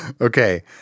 Okay